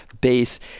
base